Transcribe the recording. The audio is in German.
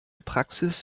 praxis